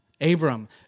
Abram